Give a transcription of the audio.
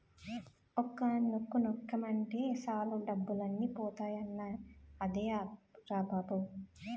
ఒక్క నొక్కు నొక్కేమటే సాలు డబ్బులన్నీ పోతాయన్నావ్ అదే ఆప్ రా బావా?